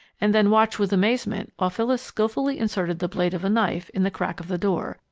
and then watched with amazement while phyllis skilfully inserted the blade of a knife in the crack of the door,